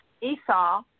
Esau